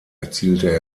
erzielte